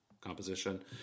composition